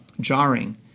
jarring